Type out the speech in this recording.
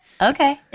okay